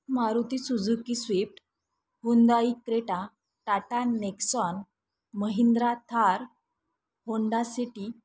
Maruti Suzuki Swift Hyundai Creta Tata Nexon Mahindra Thar Honda city